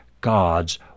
God's